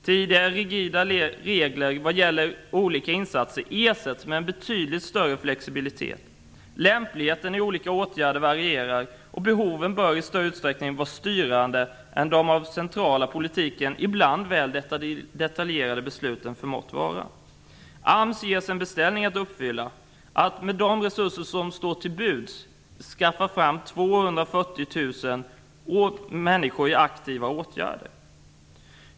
Tidigare rigiditet vad gäller olika insatser ersätts med en betydligt större flexibilitet. Lämpligheten i olika åtgärder varierar, och behoven bör i större utsträckning vara styrande än de av politiken ibland väl detaljerade besluten förmått vara. AMS ges en beställning att uppfylla, att med de resurser som står till buds skaffa fram aktiva ågärder för 240 000 människor.